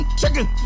chicken